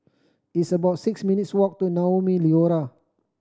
it's about six minutes' walk to Naumi Liora